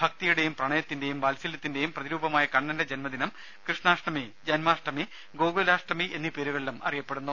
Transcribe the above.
ഭക്തിയുടെയും പ്രണയത്തിന്റെയും വാത്സല്യത്തിന്റെയും പ്രതിരൂപമായ കണ്ണന്റെ ജന്മദിനം കൃഷ്ണാഷ്ടമി ജന്മാഷ്ടമി ഗോകുലാഷ്ടമി എന്നീ പേരുകളിലും അറിയപ്പെടുന്നു